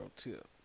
tip